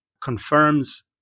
confirms